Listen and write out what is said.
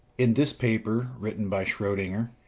in this paper written by schrodinger,